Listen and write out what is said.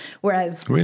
whereas